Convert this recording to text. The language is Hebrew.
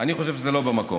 אני חושב שזה לא במקום.